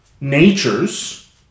natures